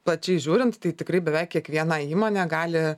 plačiai žiūrint tai tikrai beveik kiekviena įmonė gali